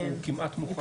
כמעט מוכן.